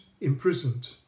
imprisoned